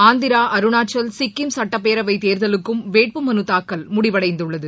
ஆந்திரா அருணாச்சல் சிக்கிம் சட்டப்பேரவை தேர்தலுக்கும் வேட்பு மனு தாக்கல் முடிவடைந்துள்ளது